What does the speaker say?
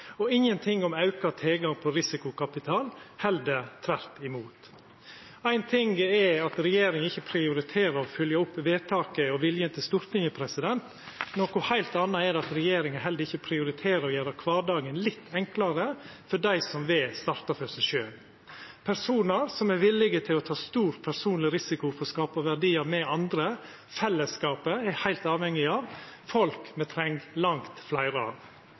og ingenting om auka tilgang på risikokapital – heller tvert imot. Éin ting er at regjeringa ikkje prioriterer å fylgja opp vedtaket og viljen til Stortinget, noko heilt anna er det at regjeringa heller ikkje prioriterer å gjera kvardagen litt enklare for dei som vel å starta for seg sjølve – personar som er villige til å ta stor personleg risiko for å skapa verdiar med andre. Fellesskapen er heilt avhengig av slike folk, som me treng langt fleire